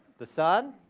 the sun,